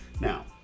Now